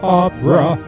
opera